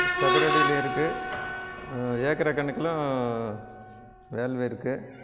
சதுர அடிலேயும் இருக்குது ஏக்கராக கணக்குலும் வேள்வி இருக்குது